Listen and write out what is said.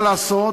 מה לעשות,